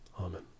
Amen